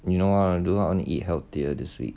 you know what I wanna do I wanna eat healthier this week